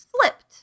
slipped